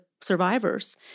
survivors